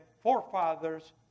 forefathers